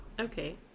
Okay